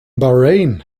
bahrain